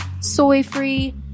soy-free